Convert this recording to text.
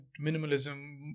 minimalism